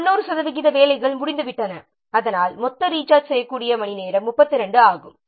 எனவே 90 சதவிகித வேலைகள் முடிந்துவிட்டன அதனால் மொத்த ரீசார்ஜ் செய்யக்கூடிய மணிநேரம் 32 ஆகும்